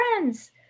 friends